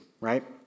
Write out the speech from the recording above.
right